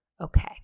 Okay